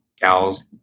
gals